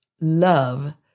love